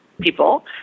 people